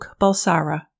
Balsara